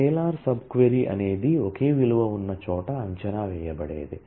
scalar subquery అనేది ఒకే విలువ ఉన్న చోట అంచనా వేయబడేది